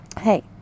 hey